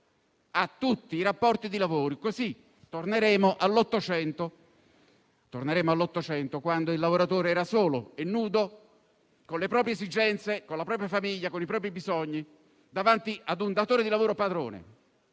a tutti i rapporti di lavoro. Così torneremo all'Ottocento, quando il lavoratore era solo e nudo, con le proprie esigenze, la propria famiglia e i propri bisogni, davanti ad un datore di lavoro padrone,